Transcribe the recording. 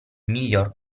miglior